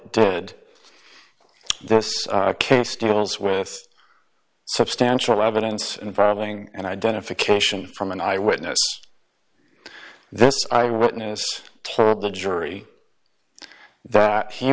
did this case deals with substantial evidence involving an identification from an eyewitness this eyewitness told the jury that he